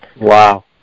Wow